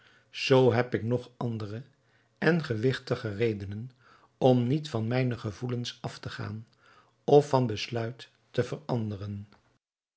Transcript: zoo heb ik nog andere en gewigtiger redenen om niet van mijn gevoelens af te gaan of van besluit te veranderen